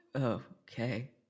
Okay